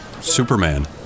Superman